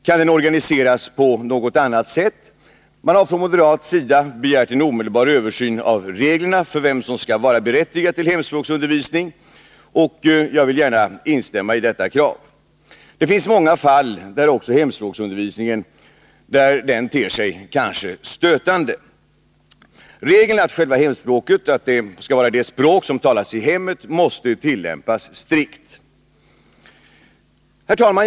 Kan den organiseras på något annat sätt? Man har från moderat sida begärt en omedelbar översyn av reglerna för vem som skall vara berättigad till hemspråksundervisning, och jag vill gärna instämma i detta krav. Det finns många fall där hemspråksundervisningen kan te sig stötande. Regeln att hemspråket skall vara det språk som talas i hemmet måste tillämpas strikt. Herr talman!